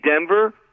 Denver